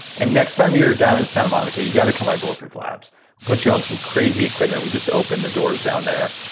and next time you're down in santa monica, you've got to come by bulletproof labs. we'll put you on some crazy equipment. we just opened the doors down there.